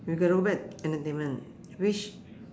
we got to go back entertainment which